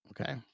okay